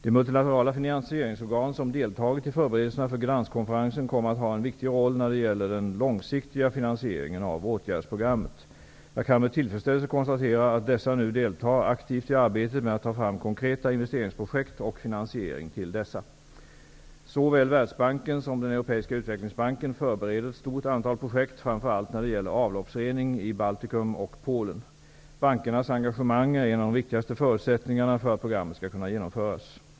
De multilaterala finansieringsorgan som deltagit i förberedelserna för Gdansk-konferensen kommer att ha en viktig roll när det gäller den långsiktiga finansieringen av åtgärdsprogrammet. Jag kan med tillfredsställelse konstatera att dessa nu deltar aktivt i arbetet med att ta fram konkreta investeringsprojekt och finansiering till dessa. Såväl Världsbanken som den Europeiska utvecklingsbanken förbereder ett stort antal projekt, framför allt när det gäller avloppsrening i Baltikum och Polen. Bankernas engagemang är en av de viktigaste förutsättningarna för att programmet skall kunna genomföras.